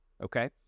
Okay